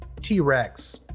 T-Rex